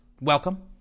welcome